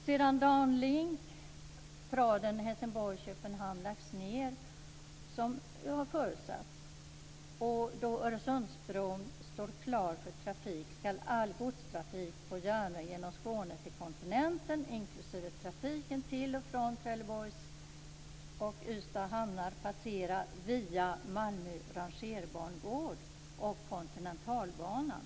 Sedan Danlink, traden Helsingborg-Köpenhamn, lagts ned, vilket har förutsatts, och då Öresundsbron står klar för trafik skall all godstrafik på järnväg genom Skåne till kontinenten, inklusive trafiken till och från Trelleborgs och Ystads hamnar, passera via Malmö rangerbangård och Kontinentalbanan.